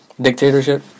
dictatorship